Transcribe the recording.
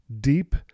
deep